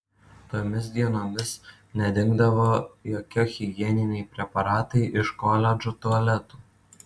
tomis dienomis nedingdavo jokie higieniniai preparatai iš koledžo tualetų